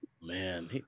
man